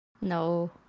no